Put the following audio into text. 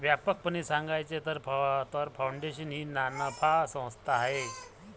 व्यापकपणे सांगायचे तर, फाउंडेशन ही नानफा संस्था आहे